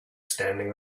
standing